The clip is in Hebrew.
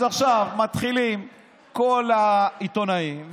אז עכשיו מתחילים כל העיתונאים,